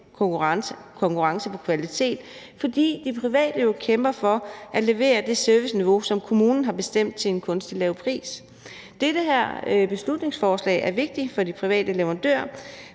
konkurrence på kvalitet, fordi de private jo kæmper for at levere det serviceniveau, som kommunen har bestemt, til en kunstigt lav pris. Det her beslutningsforslag er vigtigt for de private leverandører,